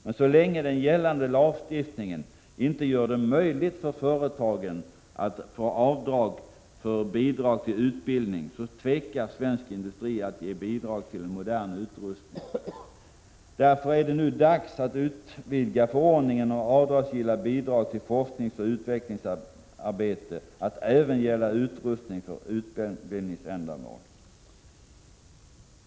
Men så länge den gällande lagstiftningen inte gör det möjligt för företagen att få avdrag för bidrag till utbildning tvekar svensk industri att ge bidrag till en modern utrustning. Därför är det nu dags att utvidga förordningen om avdragsgilla bidrag till forskningsoch utvecklingsarbete till att även gälla utrustning för utbildningsändamål.